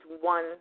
one